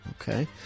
okay